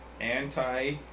anti